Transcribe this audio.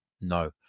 No